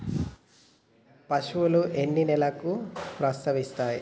పశువులు ఎన్ని నెలలకు ప్రసవిస్తాయి?